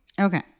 Okay